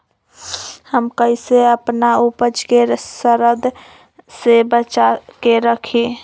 हम कईसे अपना उपज के सरद से बचा के रखी?